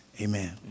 Amen